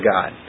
God